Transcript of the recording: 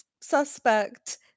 suspect